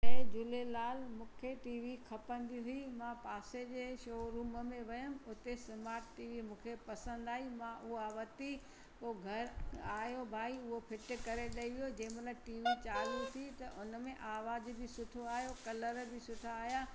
जय झूलेलाल मुखे टीवी खपंदी हुई मां पासे जे शोरूम में वयमि हुते समाट टीवी मूंखे पसंदि आई मां उहा वरती पो घरु आहियो भाई हो फिट करे ॾेई वियो जंहिं महिल टीवी चालू थी त उन में आवाज़ बि सुठो आ्ई कलर बि सुठा आहिया